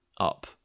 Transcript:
up